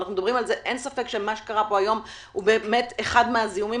אין ספק שמה שקרה פה היום הוא באמת אחד מהזיהומים